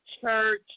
church